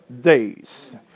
days